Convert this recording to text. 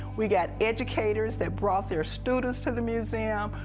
we got educators that brought their students to the museum.